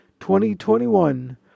2021